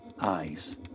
eyes